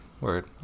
word